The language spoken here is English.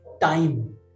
time